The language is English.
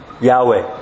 Yahweh